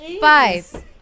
five